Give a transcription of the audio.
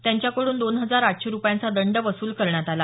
त्यांच्यांकड्रन दोन हजार आठशे रुपयांचा दंड वसूल करण्यात आला